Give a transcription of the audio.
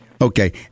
Okay